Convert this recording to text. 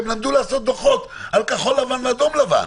הם למדו לעשות דוחות על כחול לבן ואדום לבן.